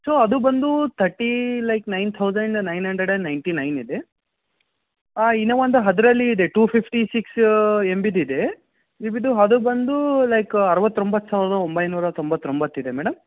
so ಅದು ಬಂದು thirty like nine thousand nine hundred and ninety nine ಇದೆ ಇನ್ನೂ ಒಂದು ಅದ್ರಲ್ಲಿ ಇದೆ ಟು ಫಿಫ್ಟಿ ಸಿಕ್ಸ್ ಎಮ್ ಬಿದು ಇದೆ ಇದು ಅದು ಬಂದು ಲೈಕ್ ಅರ್ವತೊಂಬತ್ತು ಸಾವಿರದ ಒಂಬೈನೂರ ತೊಂಬತ್ತೊಂಬತ್ತು ಇದೆ ಮೇಡಮ್